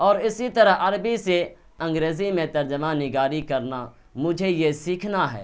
اور اسی طرح عربی سے انگریزی میں ترجمہ نگاری کرنا مجھے یہ سیکھنا ہے